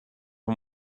and